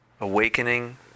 awakening